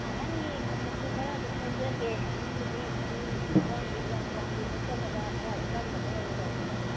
ꯑꯍꯟꯒꯤ ꯈꯣꯡꯎꯞꯁꯨ ꯈꯔ ꯑꯗꯨꯝ ꯂꯧꯖꯒꯦ ꯑꯍꯜꯒꯤꯗꯤ ꯈꯨꯅꯤꯡ ꯑꯋꯥꯡꯕꯤ ꯌꯥꯝ ꯋꯥꯡꯕ ꯅꯠꯇꯕꯤꯗ ꯈꯔ ꯑꯆꯝꯕꯗ ꯑꯣꯏꯅ ꯇꯧꯕꯤꯔꯣ